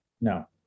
No